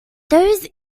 those